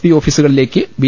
P ഓഫീസുകളിലേക്ക് B